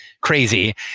Crazy